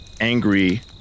angry